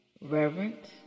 reverence